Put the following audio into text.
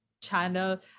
channel